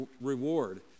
reward